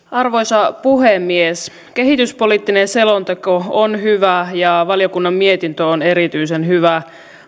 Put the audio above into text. arvoisa puhemies kehityspoliittinen selonteko on hyvä ja valiokunnan mietintö on erityisen hyvä